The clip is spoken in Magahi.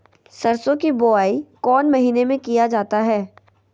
सरसो की बोआई कौन महीने में किया जाता है?